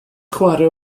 chwarae